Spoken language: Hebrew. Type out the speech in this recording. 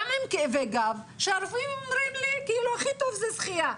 גם עם כאבי גב שהרופאים אומרים לי כאילו הכי טוב זה שחייה.